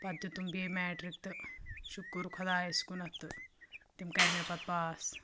پَتہٕ دیُٚتُم بیٚیہِ میٹرِک تہٕ شُکر خۄدایَس کُنَتھ تہٕ تِم کَرِ مےٚ پَتہٕ پاس